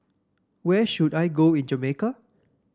where should I go in Jamaica